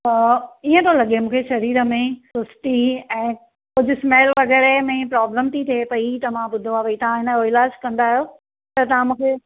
त इएं थो लॻे मूंखे सरीर में सुस्ती ऐं कुझु स्मेल वग़ैरह में प्रोब्लम थी थिए पई त मां ॿुधो आहे त तव्हां हिन जो इलाजु कंदा आहियो त तव्हां मूंखे